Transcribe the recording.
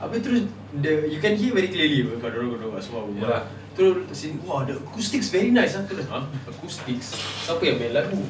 abeh terus dia you can hear very clearly apa kau duduk dekat sofa berbual terus si !wah! the acoustic very nice ah aku dah !huh! acoustic siapa yang main lagu